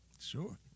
Sure